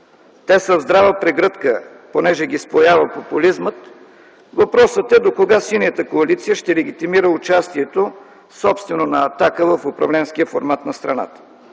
те са в здрава прегръдка, понеже ги споява популизмът, въпросът е: докога Синята коалиция ще легитимира участието собствено на „Атака” в управленския формат на страната,